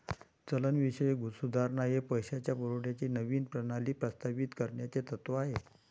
चलनविषयक सुधारणा हे पैशाच्या पुरवठ्याची नवीन प्रणाली प्रस्तावित करण्याचे तत्त्व आहे